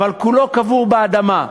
אבל כולו קבור באדמה.